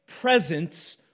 presence